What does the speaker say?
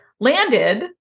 landed